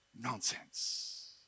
Nonsense